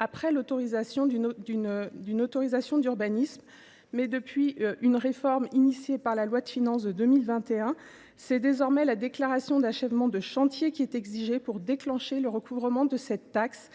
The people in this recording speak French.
après l’obtention d’une autorisation d’urbanisme. Mais depuis une réforme introduite dans la loi de finances pour 2021, c’est désormais la déclaration d’achèvement et de conformité des travaux qui est exigée pour déclencher le recouvrement de cette taxe.